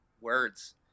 words